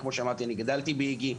כמו שאמרתי, אני גדלתי באיג"י.